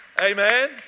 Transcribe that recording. Amen